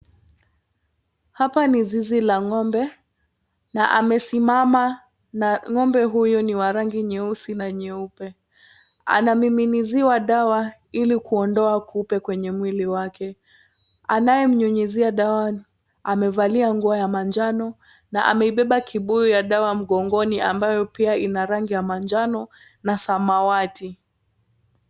Hapa ni zizi la ng'ombe. Na amesimama na ng'ombe huyo ni wa rangi nyeusi na nyeupe. Anamiminiziwa dawa ili kuondoa kupe kwenye mwili wake. Anayemnyunyizia dawani amevalia nguo ya manjano na ameibeba kibuyu ya dawa mgongoni ambayo pia ina rangi ya manjano na samawati.